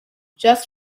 just